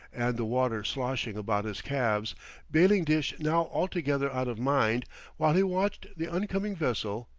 and the water sloshing about his calves bailing-dish now altogether out of mind while he watched the oncoming vessel,